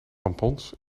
tampons